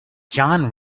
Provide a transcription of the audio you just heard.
john